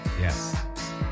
Yes